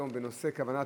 העבודה, בסדר.